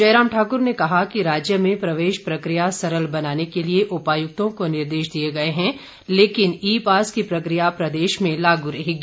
जयराम ठाकर ने कहा कि राज्य में प्रवेश प्रक्रिया सरल बनाने के लिए उपायुक्तों को निर्देश दिए गए हैं लेकिन ई पास की प्रक्रिया प्रदेश में लागू रहेगी